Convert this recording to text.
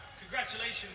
Congratulations